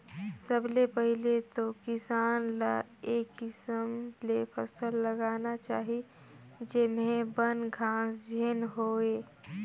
सबले पहिले तो किसान ल ए किसम ले फसल लगाना चाही जेम्हे बन, घास झेन होवे